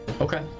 Okay